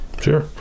Sure